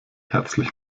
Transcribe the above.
herzlich